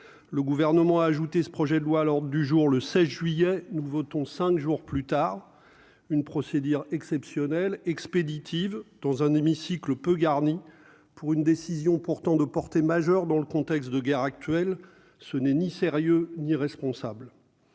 le gouvernement a ajouté ce projet de loi à l'ordre du jour, le 16 juillet nous votons 5 jours plus tard, une procédure exceptionnelle expéditive dans un hémicycle peu garni pour une décision pourtant de porter majeures dans le contexte de guerre actuelle, ce n'est ni sérieux ni responsable,